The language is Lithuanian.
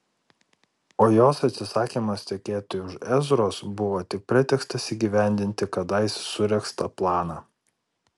o jos atsisakymas tekėti už ezros buvo tik pretekstas įgyvendinti kadais suregztą planą